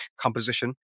composition